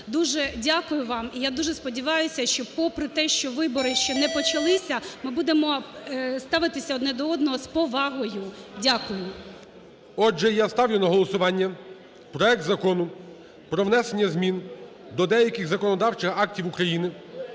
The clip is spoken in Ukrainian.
Дуже дякую вам. І я дуже сподіваюся, що попри те, що вибори ще не почалися ми будемо ставитися один до одного з повагою. Дякую. ГОЛОВУЮЧИЙ. Отже, я ставлю на голосування проект Закону про внесення змін до деяких законодавчих актів України